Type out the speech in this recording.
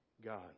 God